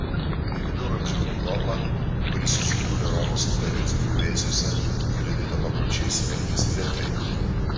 į viduramžių europą kuri susikūrė romos imperijos griuvėsiuose kredito papročiai smelkėsi lėtai